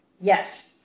Yes